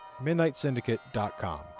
MidnightSyndicate.com